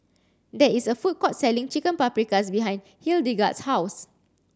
there is a food court selling Chicken Paprikas behind Hildegard's house